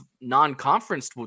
non-conference